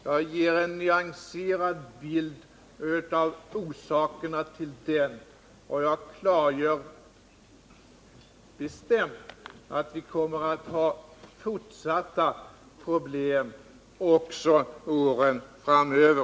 Jag ger en nyanserad bild av orsakerna till dessa, och jag klargör bestämt att vi kommer att ha fortsatta problem också åren framöver.